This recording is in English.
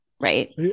right